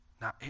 Now